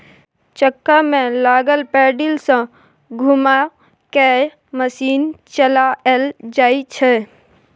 चक्का में लागल पैडिल सँ घुमा कय मशीन चलाएल जाइ छै